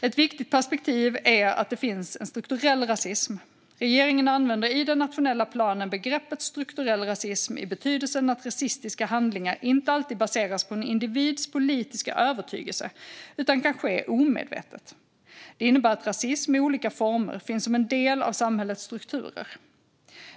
Ett viktigt perspektiv är att det finns strukturell rasism. Regeringen använder i den nationella planen begreppet strukturell rasism i betydelsen att rasistiska handlingar inte alltid baseras på en individs politiska övertygelse utan kan ske omedvetet. Det innebär att rasism, i olika former, finns som en del av samhällets strukturer.